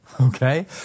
okay